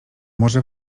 może